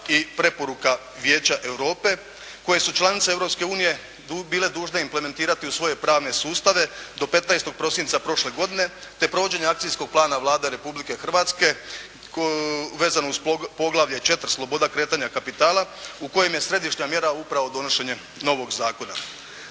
i preporuka Vijeća Europe koje su članice Europske unije bile dužne implementirati u svoje pravne sustave do 15. prosinca prošle godine, te provođenje akcijskog plana Vlade Republike Hrvatske vezano uz poglavlje 4. – Sloboda kretanja kapitala u kojem je središnja mjera upravo donošenje novog zakona.